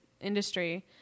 industry